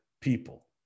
people